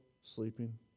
sleeping